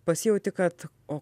pasijauti kad o